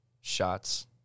shots